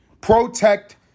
protect